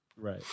Right